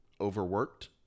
overworked